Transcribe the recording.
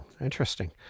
Interesting